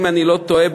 אם אני לא טועה,